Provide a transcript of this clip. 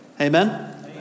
Amen